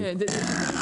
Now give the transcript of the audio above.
להביא